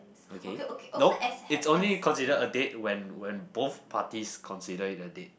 okay nope it's only considered a date when when both parties consider it a date